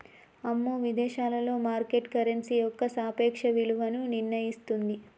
అమ్మో విదేశాలలో market currency యొక్క సాపేక్ష విలువను నిర్ణయిస్తుంది